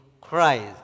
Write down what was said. Christ